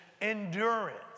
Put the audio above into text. endurance